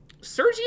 sergio